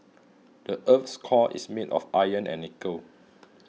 the earth's core is made of iron and nickel